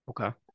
okay